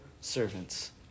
servants